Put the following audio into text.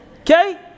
okay